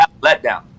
Letdown